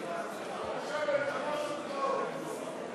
ההצעה להעביר לוועדה